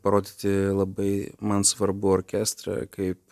parodyti labai man svarbu orkestrą kaip